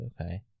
Okay